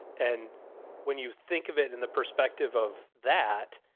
and when you think of it in the perspective of that,